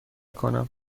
کنم